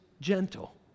gentle